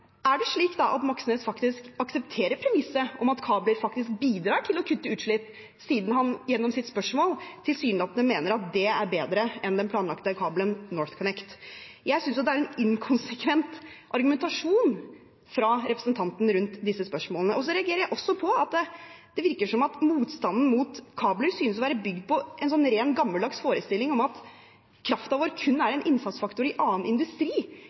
Er det slik at representanten Moxnes faktisk aksepterer premisset om at kabler bidrar til å kutte utslipp, siden han gjennom sitt spørsmål tilsynelatende mener at det er bedre enn den planlagte kabelen NorthConnect? Jeg synes det er en inkonsekvent argumentasjon fra representanten rundt disse spørsmålene. Jeg reagerer også på at det virker som at motstanden mot kabler synes å være bygd på en ren, gammeldags forestilling om at kraften vår kun er en innsatsfaktor i annen industri,